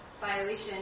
violation